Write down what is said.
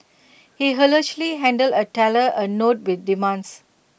he allegedly handed A teller A note with demands